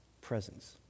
presence